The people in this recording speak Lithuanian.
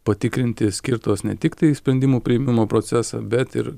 patikrinti skirtos ne tik tai sprendimų priėmimo procesą bet ir